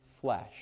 flesh